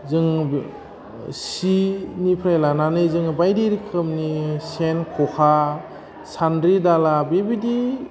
जों सि निफ्राय लानानै जोङो बायदि रोखोमनि सेन खखा सान्द्रि दाला बेबादि